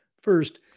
First